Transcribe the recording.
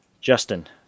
Justin